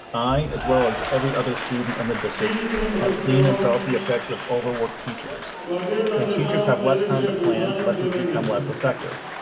i as well as every other student in the district have seen about the effects of overworked teachers when teachers have less time to plan lessons become less effective.